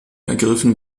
ergriffen